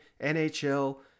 NHL